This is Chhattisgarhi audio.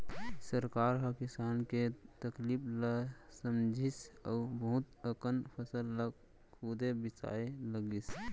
सरकार ह किसान के तकलीफ ल समझिस अउ बहुत अकन फसल ल खुदे बिसाए लगिस